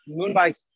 Moonbikes